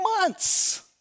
months